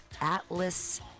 Atlas